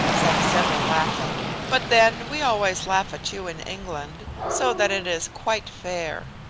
said sybil, laughing. but then we always laugh at you in england, so that it is quite fair.